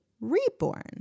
reborn